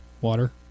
water